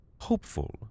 hopeful